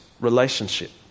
relationship